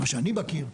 מה שאני מכיר,